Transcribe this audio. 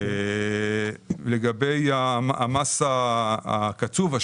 לגבי מס הקצוב,